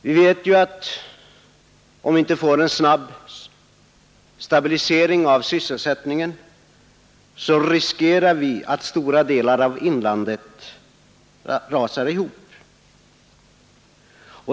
Vi vet ju att om vi inte får en snabb stabilisering av sysselsättningsmöjligheterna så riskerar vi att stora delar av inlandet rasar ihop.